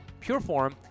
Pureform